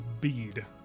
bead